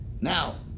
Now